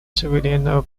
суверенного